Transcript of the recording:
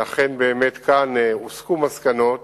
ואכן, באמת כאן הוסקו מסקנות